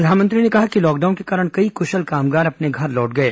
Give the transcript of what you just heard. प्रधानमंत्री ने कहा कि लॉ कडाउन के कारण कई कुशल कामगार अपने घर लौट गए